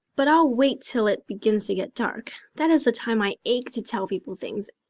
but i'll wait till it begins to get dark. that is the time i ache to tell people things,